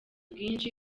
bwinshi